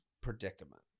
predicament